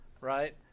right